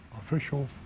official